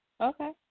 Okay